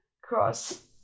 cross